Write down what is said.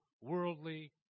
worldly